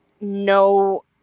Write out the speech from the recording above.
no